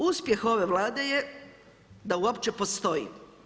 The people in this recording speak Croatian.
Uspjeh ove Vlade je da uopće postoji.